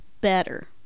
better